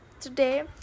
Today